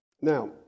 now